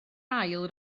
ail